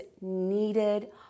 needed